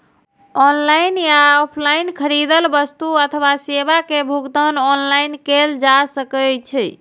online या offline खरीदल वस्तु अथवा सेवा के भुगतान ऑनलाइन कैल जा सकैछ